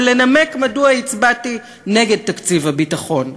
ולנמק מדוע הצבעתי נגד תקציב הביטחון.